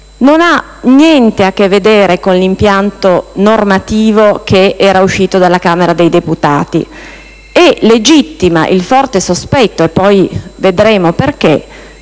non ha niente a che vedere con l'impianto normativo che era uscito dalla Camera dei deputati e legittima il forte sospetto (poi vedremo perché)